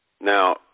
Now